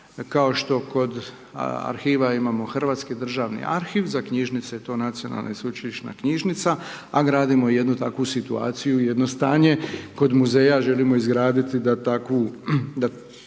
Kao što kod arhiva imamo Hrvatski državni arhiv, za knjižnice je to Nacionalna i sveučilišna knjižnica a gradimo i jednu takvu situaciju i jedno stanje kod muzeja, želimo izgraditi da takvu,